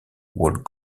would